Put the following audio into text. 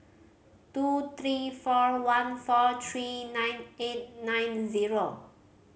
two three four one four three nine eight nine zero